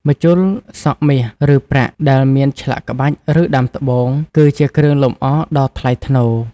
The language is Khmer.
ម្ជុលសក់មាស ឬប្រាក់ដែលមានឆ្លាក់ក្បាច់ ឬដាំត្បូង គឺជាគ្រឿងលម្អដ៏ថ្លៃថ្នូរ។